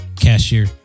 cashier